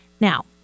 Now